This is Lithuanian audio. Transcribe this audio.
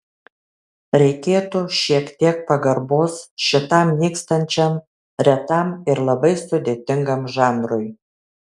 reikėtų šiek tiek pagarbos šitam nykstančiam retam ir labai sudėtingam žanrui